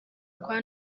kwa